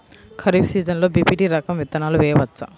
ఖరీఫ్ సీజన్లో బి.పీ.టీ రకం విత్తనాలు వేయవచ్చా?